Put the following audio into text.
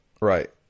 Right